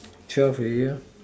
twelve